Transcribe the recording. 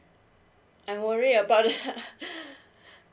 I worry about